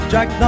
Jack